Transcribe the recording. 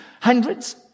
hundreds